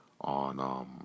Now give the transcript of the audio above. on